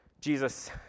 Jesus